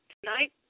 Tonight